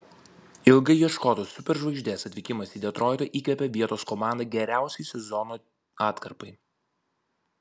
ilgai ieškotos superžvaigždės atvykimas į detroitą įkvėpė vietos komandą geriausiai sezono atkarpai